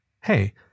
Hey